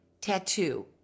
tattoo